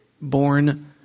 born